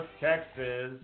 Texas